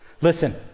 Listen